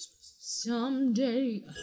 Someday